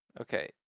Okay